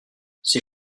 ces